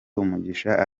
umugisha